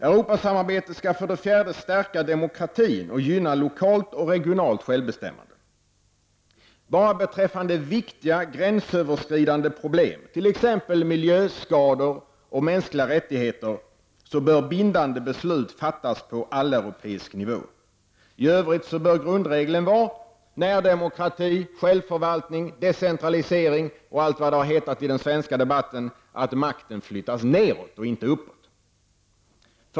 Europasamarbetet skall stärka demokratin och gynna lokalt och regionalt självbestämmande. Bara beträffande viktiga gränsöverskridande problem, t.ex. när det gäller miljöskador och grundläggande mänskliga rättigheter, bör bindande beslut fattas på alleuropeisk nivå. I övrigt bör grundregeln vara närdemokrati, självförvaltning, decentralisering -- och allt vad det har hetat i den svenska debatten om att makten flyttas nedåt och inte uppåt.